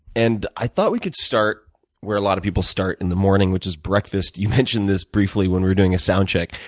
and i thought we could start where a lot of people start in the morning, which is breakfast. you mentioned this briefly when we were doing a sound check.